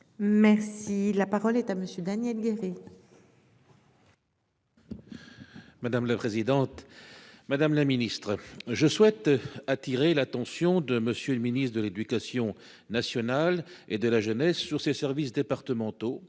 Merci la parole est à monsieur Daniel guéri. Madame la présidente, madame la ministre je souhaite attirer l'attention de monsieur le ministre de l'Éducation nationale et de la jeunesse sur ses services départementaux